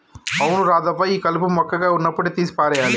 అవును రాధవ్వ ఈ కలుపు మొక్కగా ఉన్నప్పుడే తీసి పారేయాలి